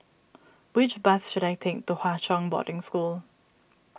which bus should I take to Hwa Chong Boarding School